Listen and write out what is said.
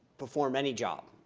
perform any job,